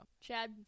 Chad